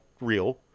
real